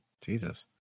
Jesus